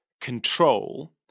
control